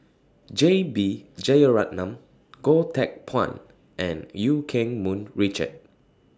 J B Jeyaretnam Goh Teck Phuan and EU Keng Mun Richard